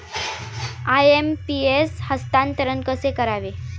IMPS हस्तांतरण कसे करावे?